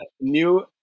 new